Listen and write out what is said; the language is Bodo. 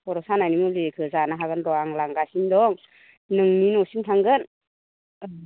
खर' सानायनि मुलिखौ जानो हागोन र' आं लांगासिनो दं नोंनि न'सिम थांगोन